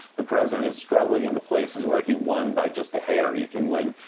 the president is struggling in the places where he won by just a hair. you can win,